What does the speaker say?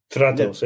Trato